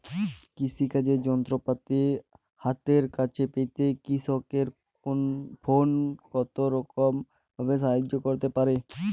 কৃষিকাজের যন্ত্রপাতি হাতের কাছে পেতে কৃষকের ফোন কত রকম ভাবে সাহায্য করতে পারে?